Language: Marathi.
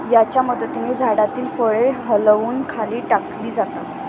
याच्या मदतीने झाडातील फळे हलवून खाली टाकली जातात